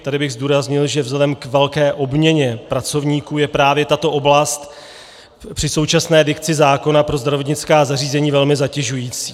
Tady bych zdůraznil, že vzhledem k velké obměně pracovníků je právě tato oblast při současné dikci zákona pro zdravotnická zařízení velmi zatěžující.